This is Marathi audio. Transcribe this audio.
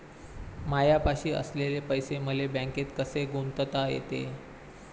मायापाशी असलेले पैसे मले बँकेत कसे गुंतोता येते?